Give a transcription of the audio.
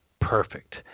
perfect